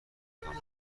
کنه